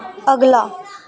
अगला